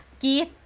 Keith